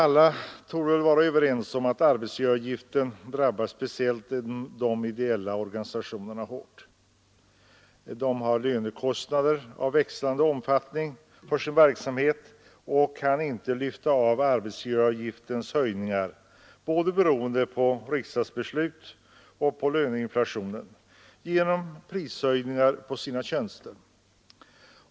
Alla torde vara överens om att arbetsgivaravgiften drabbar speciellt de ideella organisationerna hårt. Dessa har lönekostnader av växande omfattning för sin verksamhet men kan inte ”lyfta av” arbetsgivaravgiftens höjningar — beroende på både riksdagsbeslut och löneinflationen — genom att öka priserna på sina tjänster.